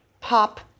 pop